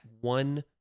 one